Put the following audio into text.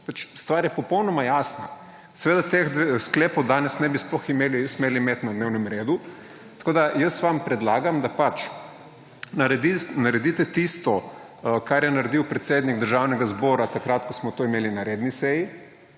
stvar je popolnoma jasna. Seveda teh dveh sklepov danes ne bi sploh smeli imet na dnevnem redu, tako da, jaz vam predlagam, da naredite tisto, kar je naredil predsednik Državnega zbora takrat, ko smo to imeli na redni seji,